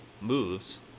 moves